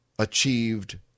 achieved